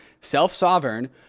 self-sovereign